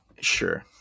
Sure